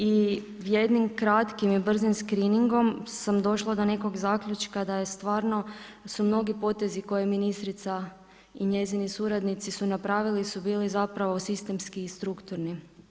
I jednim kratkim i brzim screeningom sam došla do nekog zaključka da je stvarno su mnogi potezi koje je ministrica i njezini suradnici su napravili su bili zapravo sistemski i strukturni.